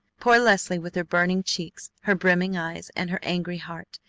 poor leslie with her burning cheeks, her brimming eyes, and her angry heart!